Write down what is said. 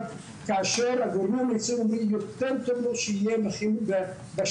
כאשר הגורמים המקצועיים אומרים יותר טוב לו שיהיה בשילוב.